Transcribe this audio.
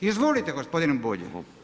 Izvolite gospodine Bulj.